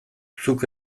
zuk